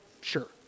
sure